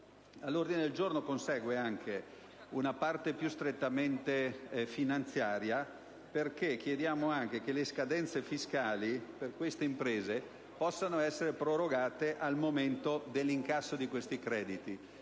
Nell'ordine del giorno è inserita anche una parte più strettamente finanziaria, perché chiediamo anche che le scadenze fiscali per le suddette imprese possano essere prorogate al momento dell'incasso dei crediti.